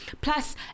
plus